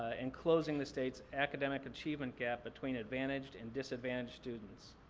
ah in closing the state's academic achievement gap between advantaged and disadvantaged students.